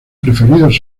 preferidos